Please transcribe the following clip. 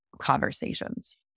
conversations